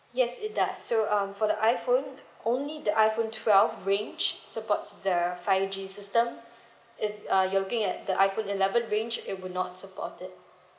yes it does so um for the iphone only the iphone twelve range supports the five G system if uh you're looking at the iphone eleven range it will not supported